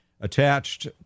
attached